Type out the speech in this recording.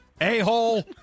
A-hole